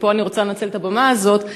ופה אני רוצה לנצל את הבמה הזאת,